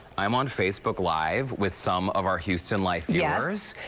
i'm on facebook live with some of our houston life yeah viewers,